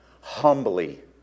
humbly